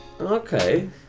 Okay